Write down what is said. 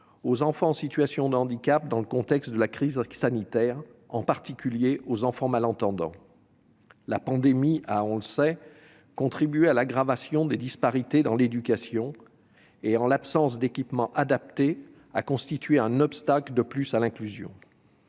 aux enfants en situation de handicap lors de la crise sanitaire, en particulier aux enfants malentendants. La pandémie a, on le sait, contribué à aggraver les disparités dans l'éducation et l'absence d'équipements adaptés a constitué un obstacle de plus à l'inclusion.